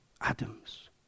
Adams